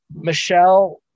Michelle